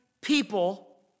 people